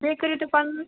بیٚیہِ کٔرو تُہۍ پَنُن